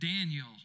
Daniel